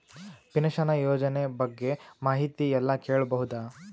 Pension ಯೋಜನ ಬಗ್ಗೆ ಮಾಹಿತಿ ಎಲ್ಲ ಕೇಳಬಹುದು?